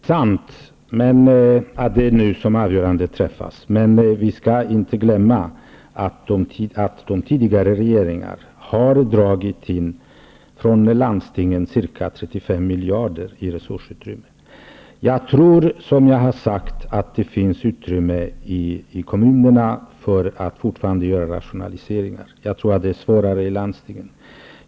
Herr talman! Det är sant att det nu som avgörandet träffas, men vi skall inte glömma att tidigare regeringar från landstingen har dragit in ca 35 miljarder i resursutrymme. Jag tror som jag har sagt att det finns utrymme i kommunerna för fortsatta rationaliseringar. Jag tror att det är svårare i landstingen.